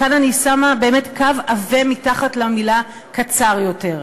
וכאן אני שמה באמת קו עבה מתחת למילים "קצר יותר".